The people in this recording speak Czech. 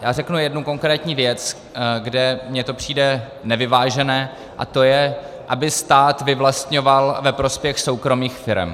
Já řeknu jednu konkrétní věc, kde mi to přijde nevyvážené, a to je, aby stát vyvlastňoval ve prospěch soukromých firem.